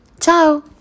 Ciao